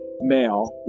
male